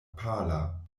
pala